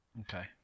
okay